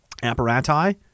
Apparati